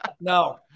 No